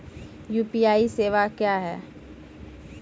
UPI सेवा क्या हैं?